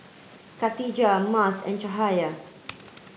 Katijah Mas and Cahaya